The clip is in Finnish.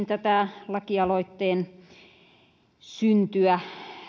tätä lakialoitteen syntyä